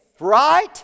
Right